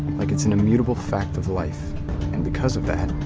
like it's an immutable fact of life and because of that.